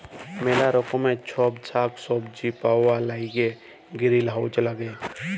ম্যালা রকমের ছব সাগ্ সবজি পাউয়ার ল্যাইগে গিরিলহাউজ ল্যাগে